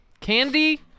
Candy